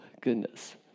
goodness